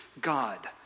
God